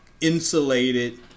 insulated